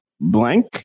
blank